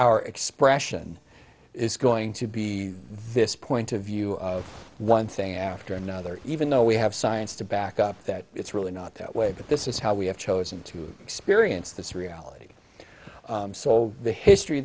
our expression is going to be this point of view one thing after another even though we have science to back up that it's really not that way but this is how we have chosen to experience this reality so the history